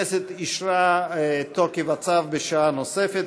הכנסת אישרה את הארכת תוקף הצו בשנה נוספת,